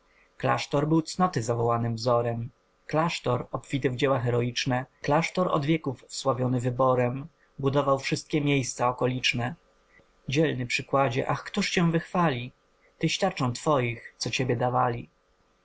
klasztor był cnoty zawołanym wzorem klasztor obfity w dzieła heroiczne klasztor od wieków wsławiony wyborem budował wszystkie miejsca okoliczne dzielny przykładzie ach któż cię wychwali tyś tarczą twoich co ciebie dawali